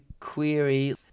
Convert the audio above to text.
query